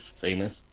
famous